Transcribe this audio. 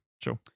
Sure